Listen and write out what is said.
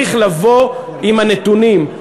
צריך לבוא עם הנתונים,